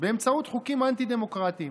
באמצעות חוקים אנטי-דמוקרטיים?